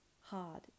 hard